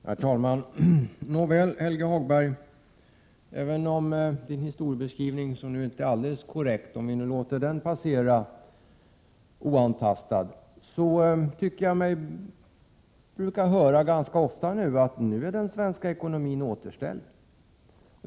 Herr talman! Även om man låter Helge Hagbergs historiebeskrivning som inte är helt korrekt passera oantastad, tycker jag att man ganska ofta brukar få höra att den svenska ekonomin nu är återställd.